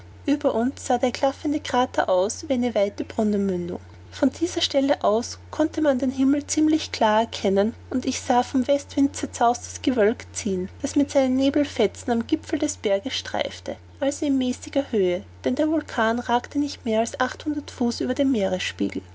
ueber uns sah der klaffende krater aus wie eine weite brunnenmündung von dieser stelle aus konnte man den himmel ziemlich klar erkennen und ich sah vom westwind zerzaustes gewölk ziehen das mit seinen nebelfetzen am gipfel des berges streifte also in mäßiger höhe denn der vulkan ragte nicht mehr als achthundert fuß über den